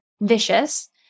vicious